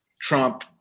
Trump